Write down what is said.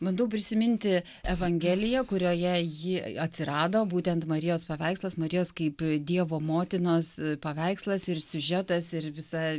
bandau prisiminti evangeliją kurioje ji atsirado būtent marijos paveikslas marijos kaip dievo motinos paveikslas ir siužetas ir visa